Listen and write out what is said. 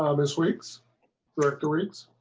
ah this week's work towards.